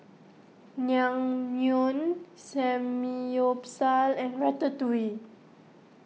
Naengmyeon Samgyeopsal and Ratatouille